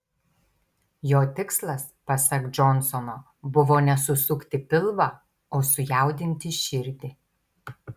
jo tikslas pasak džonsono buvo ne susukti pilvą o sujaudinti širdį